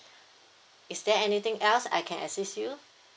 is there anything else I can assist you